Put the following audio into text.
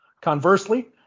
Conversely